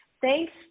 thanks